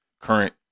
current